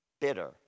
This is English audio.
bitter